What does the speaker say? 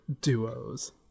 duos